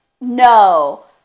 No